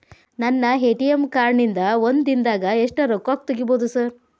ನನ್ನ ATM card ನಿಂದಾ ಒಂದ್ ದಿಂದಾಗ ಎಷ್ಟ ರೊಕ್ಕಾ ತೆಗಿಬೋದು ಸಾರ್?